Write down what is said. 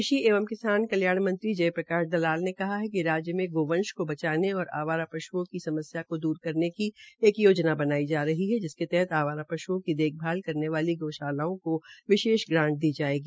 कृषि एवं किसान कल्याण मंत्री जयप्रकाश दलाल ने कहा कि राज्य में गोवंश को बचाने और अवारा पशुओं की समस्या को दूर करने की एक योजना बनाई जा रही है जिसके तहत अवारा पश्ओं की देखभाल करने वाली गऊशालाओ को विशेष ग्रांट दी जायेगी